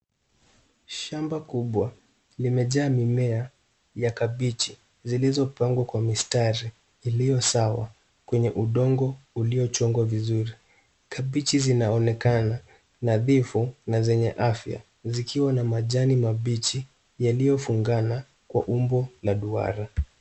Shamba kubwa limejaa mimea ya kabichi, zilizopangwa kwa mistari iliyo sawa kwenye udongo uliochongwa vizuri. Kabichi zinaonekana nadhifu na zenye afya, zikiwa na majani mabichi yaliyofungana kwa umbo la duara.